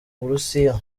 burusiya